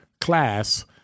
class